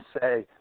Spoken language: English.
say